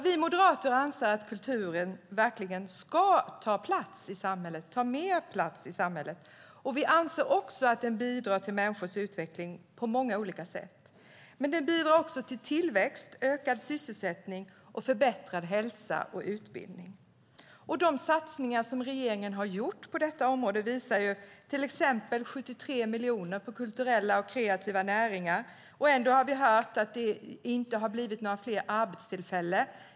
Vi moderater anser att kulturen verkligen ska ta mer plats i samhället. Vi anser att den bidrar till människors utveckling på många olika sätt, men den bidrar även till tillväxt, ökad sysselsättning och förbättrad hälsa och utbildning. Regeringen har gjort satsningar på detta område, till exempel 73 miljoner på kulturella och kreativa näringar. Ändå har vi hört att det inte har blivit några fler arbetstillfällen.